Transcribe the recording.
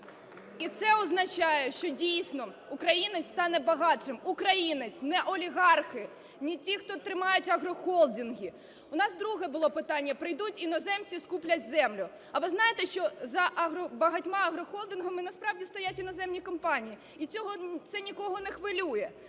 І це означає, що дійсно українець стане багатшим. Українець, не олігархи, не ті, хто тримають агрохолдинги. У нас друге було питання: прийдуть іноземці, скуплять землю. А ви знаєте, що за багатьма агрохолдингами насправді стоять іноземні компанії? І це нікого не хвилює.